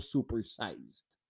Supersized